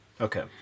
Okay